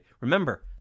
Remember